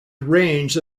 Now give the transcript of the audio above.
range